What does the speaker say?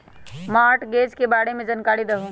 Mortgage के बारे में जानकारी देहु?